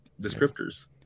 descriptors